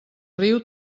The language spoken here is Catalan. riu